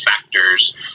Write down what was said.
factors